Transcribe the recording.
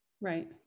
Right